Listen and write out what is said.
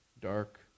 dark